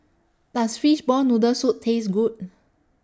Does Fishball Noodle Soup Taste Good